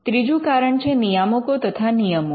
ત્રીજું કારણ છે નિયામકો તથા નિયમો